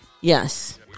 Yes